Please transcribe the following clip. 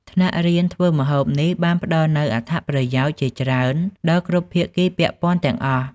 ថ្នាក់រៀនធ្វើម្ហូបនេះបានផ្តល់នូវ អត្ថប្រយោជន៍ ជាច្រើនដល់គ្រប់ភាគីពាក់ព័ន្ធទាំងអស់។